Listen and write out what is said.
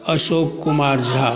Ashok Kumar Jha